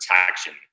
protection